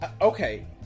Okay